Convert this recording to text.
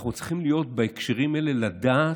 אנחנו צריכים בהקשרים האלה לדעת,